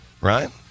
right